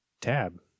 tab